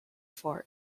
floor